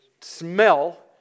smell